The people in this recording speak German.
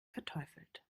verteufelt